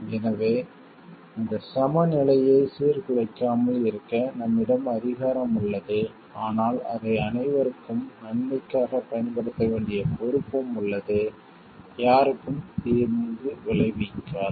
எனவே இந்த சமநிலையை சீர்குலைக்காமல் இருக்க நம்மிடம் அதிகாரம் உள்ளது ஆனால் அதை அனைவருக்கும் நன்மைக்காக பயன்படுத்த வேண்டிய பொறுப்பும் உள்ளது யாருக்கும் தீங்கு விளைவிக்காது